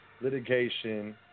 litigation